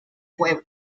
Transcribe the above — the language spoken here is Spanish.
pueblo